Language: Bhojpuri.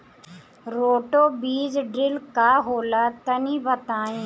रोटो बीज ड्रिल का होला तनि बताई?